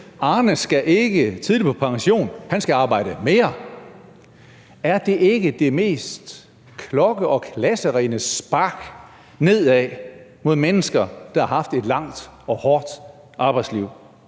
Arne skal ikke tidligt på pension, han skal arbejde mere. Er det ikke det mest klokkeklare og klasserene spark nedad mod mennesker, der har haft et langt og hårdt arbejdsliv?